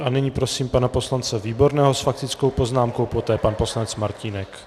A nyní prosím pana poslance Výborného s faktickou poznámkou, poté pan poslanec Martínek.